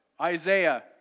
Isaiah